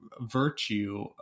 virtue